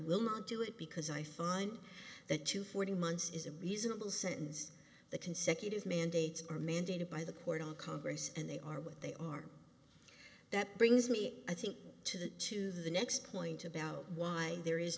will not do it because i find that to forty months is a reasonable sentence the consecutive mandates are mandated by the court of congress and they are what they are that brings me i think to the to the next point about why there is